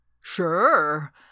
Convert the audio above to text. Sure